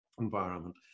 environment